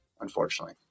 unfortunately